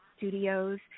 Studios